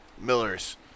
Miller's